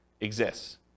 exists